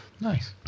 Nice